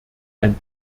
ein